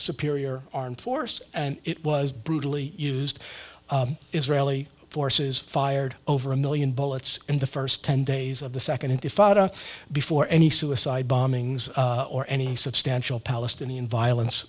superior armed force and it was brutally used israeli forces fired over a million bullets in the first ten days of the second intifada before any suicide bombings or any substantial palestinian violence